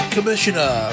Commissioner